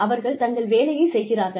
அவர்கள் தங்கள் வேலையை செய்கிறார்கள்